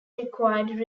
required